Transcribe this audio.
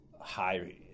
high